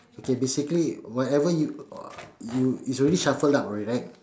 okay basically whatever you uh you it's already shuffled up already right